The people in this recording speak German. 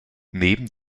neben